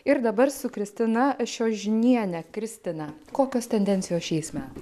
ir dabar su kristina šiožiniene kristina kokios tendencijos šiais metais